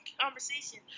conversation